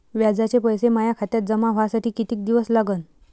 व्याजाचे पैसे माया खात्यात जमा व्हासाठी कितीक दिवस लागन?